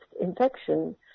infection